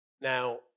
Now